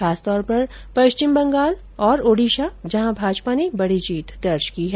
खासकर पश्चिम बंगाल और ओडीशा जहां भाजपा ने बड़ी जीत दर्ज की है